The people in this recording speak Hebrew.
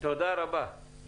אני